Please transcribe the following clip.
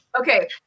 Okay